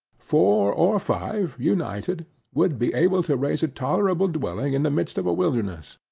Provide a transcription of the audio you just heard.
four or five united would be able to raise a tolerable dwelling in the midst of a wilderness,